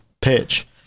pitch